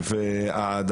בי"ת,